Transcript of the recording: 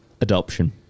Adoption